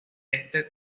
este